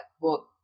book